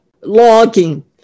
logging